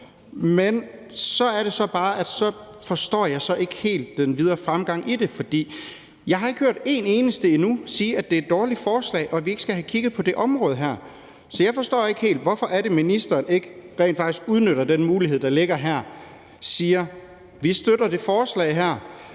helt forstår den videre fremgang i det, for jeg har endnu ikke hørt en eneste sige, at det er et dårligt forslag, og at vi ikke skal have kigget på det her område. Så jeg forstår ikke helt, hvorfor det er, at ministeren ikke rent faktisk udnytter den mulighed, der ligger her, og siger, at man støtter det her